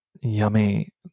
yummy